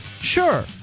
Sure